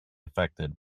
affected